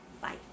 Bye